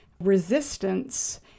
resistance